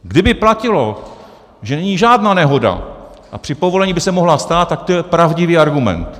Kdyby platilo, že není žádná nehoda a při povolení by se mohla stát, tak to je pravdivý argument.